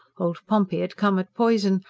old pompey had come at poison,